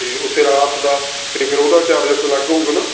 ਅਤੇ ਉੱਥੇ ਰਾਤ ਦਾ ਅਤੇ ਫਿਰ ਉਹਦਾ ਚਾਰਜਸ ਅਲੱਗ ਹੋਵੇਗਾ ਨਾ